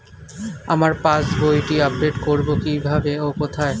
আমার পাস বইটি আপ্ডেট কোরবো কীভাবে ও কোথায়?